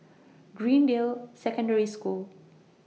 Greendale Secondary School